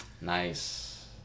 Nice